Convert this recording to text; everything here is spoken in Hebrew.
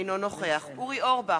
אינו נוכח אורי אורבך,